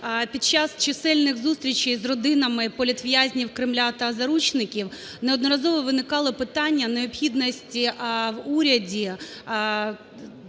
Під час чисельних зустрічей з родинами політв'язнів Кремля та заручників неодноразово виникало питання необхідності в уряді